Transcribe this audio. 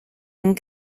and